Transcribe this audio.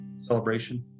Celebration